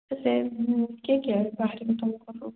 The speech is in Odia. ତ ସିଏ ବି କିଏ କିଏ ବାହାରିବ ତୁମ ଘରୁ